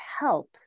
help